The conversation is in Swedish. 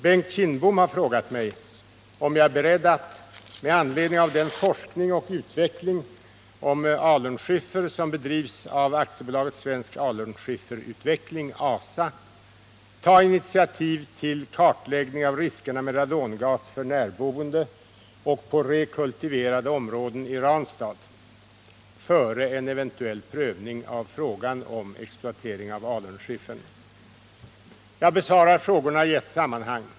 Bengt Kindbom har frågat mig om jag är beredd att, med anledning av den forskning och utveckling avseende alunskiffer som bedrivs av AB Svensk alunskifferutveckling , ta initiativ till kartläggning av riskerna med radongas för närboende och på rekultiverade områden i Ranstad, före en eventuell prövning av frågan om exploatering av alunskiffern. Jag besvarar frågorna i ett sammanhang.